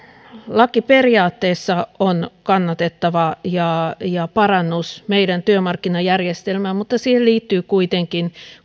laki periaatteessa on kannatettava ja ja parannus meidän työmarkkinajärjestelmään mutta siihen liittyy kuitenkin